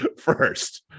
first